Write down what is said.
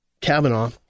Kavanaugh